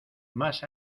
más